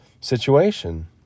situation